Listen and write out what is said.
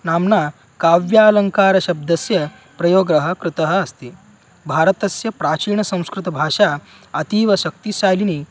नाम्ना काव्यालङ्कारशब्दस्य प्रयोगः कृतम् अस्ति भारतस्य प्राचीनसंस्कृतभाषा अतीव शक्तिशालिनि